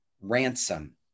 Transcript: ransom